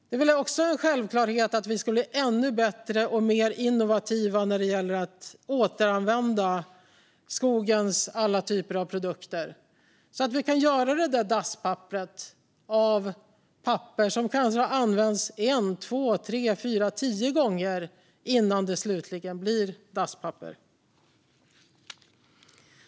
Det är väl också en självklarhet att vi ska bli ännu bättre och mer innovativa när det gäller att återanvända skogens alla typer av produkter så att vi kan göra det där dasspapperet av papper som kanske har använts en, två, tre, fyra eller tio gånger innan det slutligen blir dasspapper.